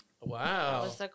Wow